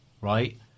right